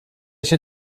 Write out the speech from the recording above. się